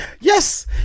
Yes